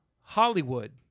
Hollywood